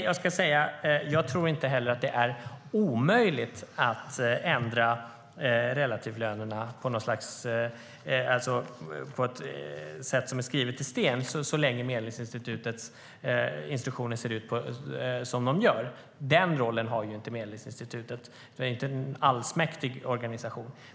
Jag tror inte heller att det är omöjligt att ändra relativlönerna, att de skulle vara skrivna i sten, så länge Medlingsinstitutets instruktioner ser ut som de gör. Den rollen har inte Medlingsinstitutet. Det är inte en allsmäktig organisation.